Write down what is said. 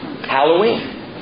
Halloween